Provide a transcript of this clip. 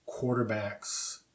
quarterbacks